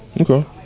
okay